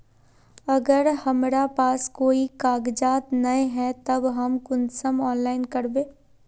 अगर हमरा पास कोई कागजात नय है तब हम कुंसम ऑनलाइन करबे?